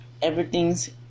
Everything's